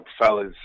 fellas